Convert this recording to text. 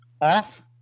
off